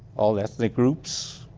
all ethnic groups.